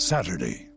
Saturday